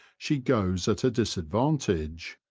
she goes at a disadvantage.